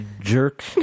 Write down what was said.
jerk